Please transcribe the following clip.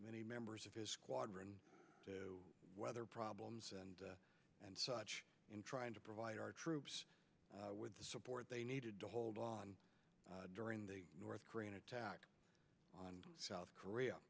many members of his squadron to weather problems and such and trying to provide our troops with the support they needed to hold on during the north korean attack on south korea